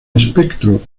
espectro